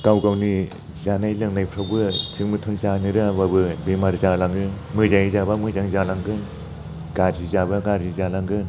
गाव गावनि जानाय लोंनायफ्रावबो थिक मथन जानो रोङाबाबो बेमार जालाङो मोजाङै जाबा मोजाङै जालांगोन गाज्रि जाबा गाज्रि जालांगोन